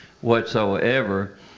whatsoever